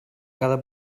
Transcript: cada